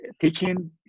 teaching